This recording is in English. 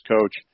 coach